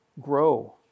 grow